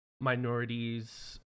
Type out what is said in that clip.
minorities